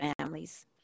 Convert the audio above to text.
families